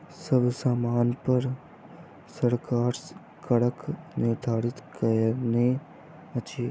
सब सामानपर सरकार करक निर्धारण कयने अछि